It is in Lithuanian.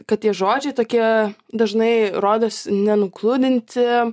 kad tie žodžiai tokie dažnai rodos nenugludinti